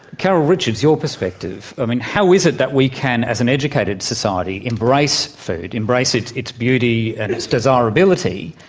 carol richards, your perspective. i mean, how is it that we can, as an educated society, embrace food, embrace its its beauty and its desirability,